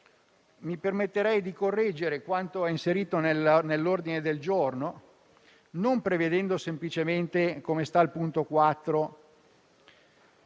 Mi permetterei di correggere quanto inserito nell'ordine del giorno, non prevedendo semplicemente (come si legge al punto 4)